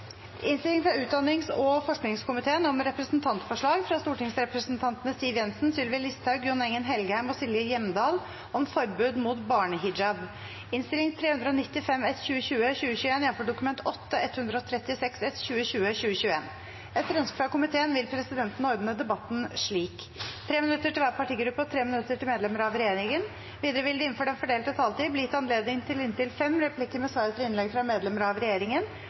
innstilling, og at jeg vil ta det med meg. Jeg kan også svare Stortinget på det hvis det er ønskelig – selvfølgelig. Replikkordskiftet er over. Flere har ikke bedt om ordet til sak nr. 19. Etter ønske fra kontroll- og konstitusjonskomiteen vil presidenten ordne debatten slik: 3 minutter til hver partigruppe og 3 minutter til medlemmer av regjeringen. Videre vil det – innenfor den fordelte taletid – bli gitt anledning til inntil seks replikker med svar etter innlegg fra medlemmer av regjeringen,